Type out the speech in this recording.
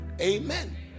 Amen